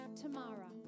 Tamara